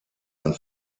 ein